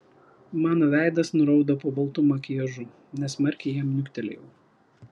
mano veidas nuraudo po baltu makiažu nesmarkiai jam niuktelėjau